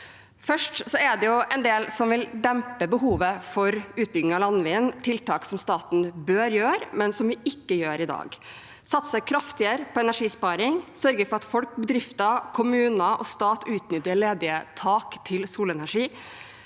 del tiltak som vil dempe behovet for utbygging av landvind – tiltak som staten bør gjøre, men som vi ikke gjør i dag: satse kraftigere på energisparing, sørge for at folk, bedrifter, kommuner og stat utnytter ledige tak til solenergi,